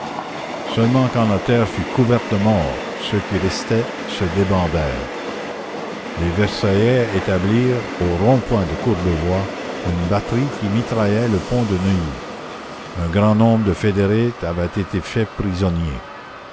seulement quand la terre fut couverte de morts ceux qui restaient se débandèrent les versaillais établirent au rond point de courbevoie une batterie qui mitraillait le pont de neuilly un grand nombre de fédérés avaient été faits prisonniers